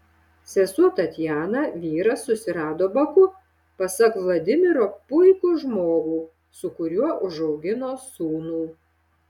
sesuo tatjana vyrą susirado baku pasak vladimiro puikų žmogų su kuriuo užaugino sūnų